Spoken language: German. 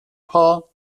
paar